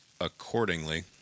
accordingly